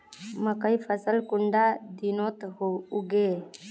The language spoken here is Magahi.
मकई फसल कुंडा दिनोत उगैहे?